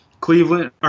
Cleveland